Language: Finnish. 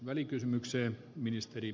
arvoisa puhemies